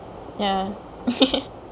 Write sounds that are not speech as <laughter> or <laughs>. ya <laughs>